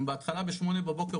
אם בהתחלה בשמונה בבוקר,